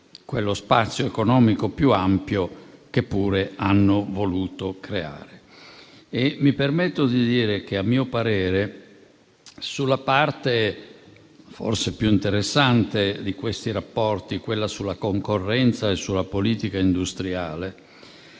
quello spazio economico più ampio che pure hanno voluto creare. Mi permetto di dire che, a mio parere, sulla parte forse più interessante di questi rapporti, quella sulla concorrenza e sulla politica industriale,